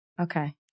Okay